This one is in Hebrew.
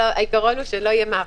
העיקרון הוא שלא יהיה מעבר.